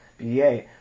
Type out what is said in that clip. BA